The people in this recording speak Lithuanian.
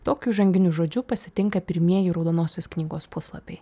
tokiu įžanginiu žodžiu pasitinka pirmieji raudonosios knygos puslapiai